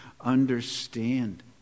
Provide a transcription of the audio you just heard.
understand